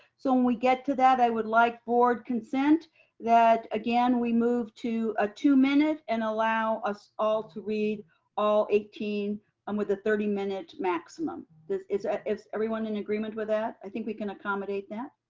so when we get to that, i would like board consent that again, we moved to a two minute and allow us all to read all eighteen um with a thirty minute maximum. is ah is everyone in agreement with that? i think we can accommodate that.